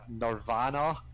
Nirvana